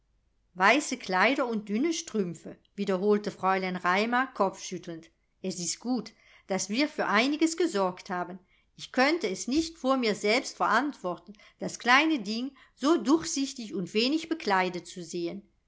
weiße kleider und dünne strümpfe wiederholte fräulein raimar kopfschüttelnd es ist gut daß wir für einiges gesorgt haben ich könnte es nicht vor mir selbst verantworten das kleine ding so durchsichtig und wenig bekleidet zu sehen